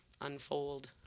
unfold